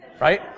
Right